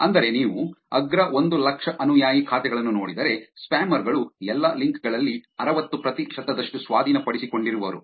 ಅಂದರೆ ನೀವು ಅಗ್ರ ಒಂದು ಲಕ್ಷ ಅನುಯಾಯಿ ಖಾತೆಗಳನ್ನು ನೋಡಿದರೆ ಸ್ಪ್ಯಾಮರ್ ಗಳು ಎಲ್ಲಾ ಲಿಂಕ್ ಗಳಲ್ಲಿ ಅರವತ್ತು ಪ್ರತಿಶತದಷ್ಟು ಸ್ವಾಧೀನಪಡಿಸಿಕೊಂಡಿರುವರು